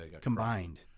combined